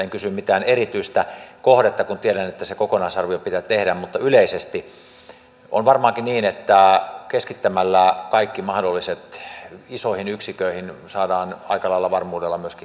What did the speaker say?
en kysy mistään erityisestä kohteesta kun tiedän että se kokonaisarvio pitää tehdä mutta yleisesti on varmaankin niin että keskittämällä kaikki mahdolliset isoihin yksiköihin saadaan aika lailla varmuudella myöskin hintaa lisää